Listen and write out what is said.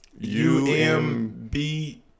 UMB